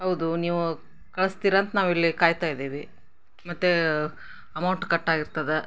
ಹೌದು ನೀವು ಕಳ್ಸ್ತೀರಂತ ನಾವು ಇಲ್ಲಿ ಕಾಯ್ತಾ ಇದ್ದೀವಿ ಮತ್ತು ಅಮೌಂಟ್ ಕಟ್ಟಾಗಿರ್ತದೆ